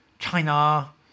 China